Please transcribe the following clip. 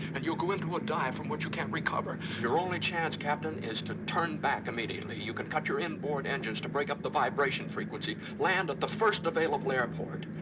and you'll go into a dive from which you can't recover. your only chance, captain, is to turn back immediately. you can cut your inboard engines to break up the vibration frequency, land at the first available airport.